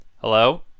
Hello